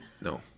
No